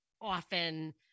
often